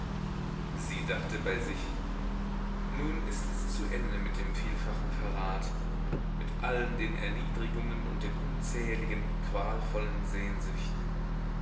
sie dachte bei sich nun ist es zu ende mit dem vielfachen verrat mit allen den erniedrigungen und den unzähligen qualvollen sehnsüchten